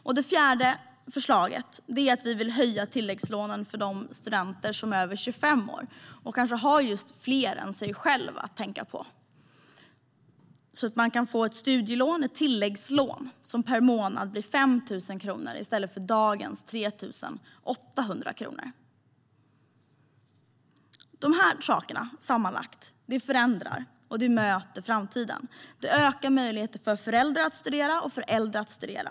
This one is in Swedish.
För det fjärde vill vi höja tilläggslånen för de studenter som är över 25 år och som kanske har fler än sig själva att tänka på. De kan få ett tilläggslån på 5 000 kronor per månad i stället för dagens 3 800 kronor. Dessa saker förändrar, och de möter framtiden. De ökar möjligheterna för föräldrar och för äldre att studera.